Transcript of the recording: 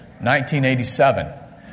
1987